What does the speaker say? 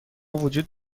وجود